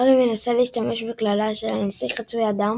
הארי מנסה להשתמש בקללה של הנסיך חצוי הדם